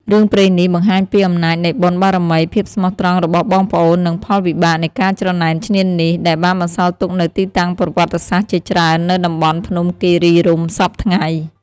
រឿងព្រេងនេះបង្ហាញពីអំណាចនៃបុណ្យបារមី ភាពស្មោះត្រង់របស់បងប្អូន និងផលវិបាកនៃការច្រណែនឈ្នានីស ដែលបានបន្សល់ទុកនូវទីតាំងប្រវត្តិសាស្ត្រជាច្រើននៅតំបន់ភ្នំគិរីរម្យសព្វថ្ងៃ។